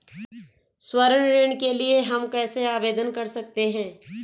स्वर्ण ऋण के लिए हम कैसे आवेदन कर सकते हैं?